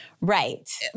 Right